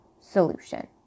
solution